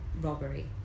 robbery